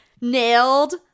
nailed